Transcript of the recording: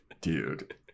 Dude